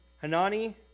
Hanani